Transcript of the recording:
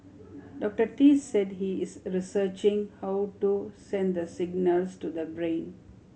Doctor Tee said he is researching how to send the signals to the brain